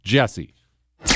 jesse